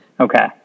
Okay